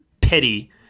pity